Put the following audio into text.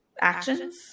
actions